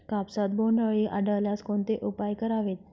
कापसात बोंडअळी आढळल्यास कोणते उपाय करावेत?